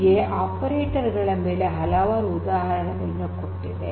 ಹೀಗೆ ಆಪರೇಟರ್ ಗಳ ಮೇಲೆ ಹಲವು ಉದಾಹರಣೆಗಳನ್ನು ಕೊಟ್ಟಿದೆ